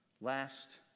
last